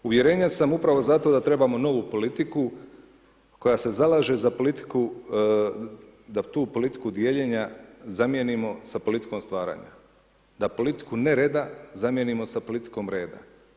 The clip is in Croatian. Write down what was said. Uvjerenja sam upravo zato da trebamo novu politiku koja se zalaže za politiku, da tu politiku dijeljenja zamijenimo sa politikom stvaranja, da politiku ne reda zamijenimo sa politikom reda.